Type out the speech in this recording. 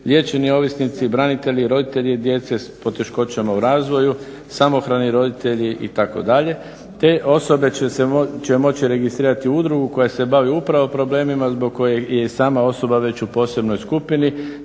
liječeni ovisnici, branitelji, roditelji djece s poteškoćama u razvoju, samohrani roditelji itd. Te osobe će moći registrirati udrugu koja se bavi upravo problemima zbog kojih je i sama osoba već u posebnoj skupini